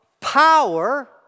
Power